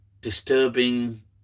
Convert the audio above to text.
disturbing